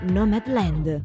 Nomadland